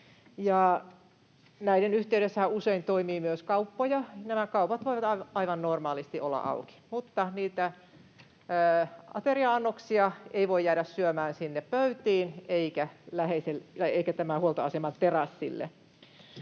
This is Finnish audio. Näiden yhteydessähän usein toimii myös kauppoja, ja nämä kaupat voivat aivan normaalisti olla auki, mutta niitä ateria-annoksia ei voi jäädä syömään sinne pöytiin eikä tämän huoltoaseman terassille.